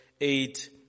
eight